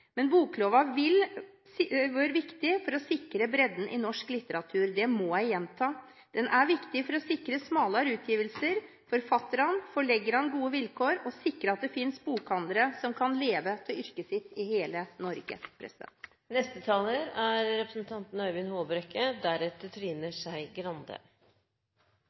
men bokloven vil være viktig for å sikre bredden i norsk litteratur – det må jeg gjenta. Den er viktig for å sikre smalere utgivelser, sikre forfattere og forleggere gode vilkår og sikre at det finnes bokhandlere som kan leve av yrket sitt i hele Norge. Omsetning av bøker er